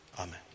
Amen